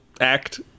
act